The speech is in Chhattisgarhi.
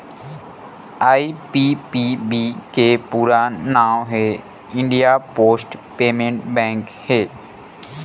आई.पी.पी.बी के पूरा नांव हे इंडिया पोस्ट पेमेंट बेंक हे